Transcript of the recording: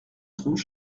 trompe